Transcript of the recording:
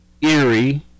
Erie